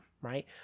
right